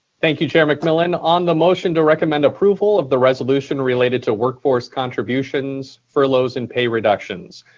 thank you chair mcmillan. on the motion to recommend approval of the resolution related to workforce contributions, furloughs and pay reductions,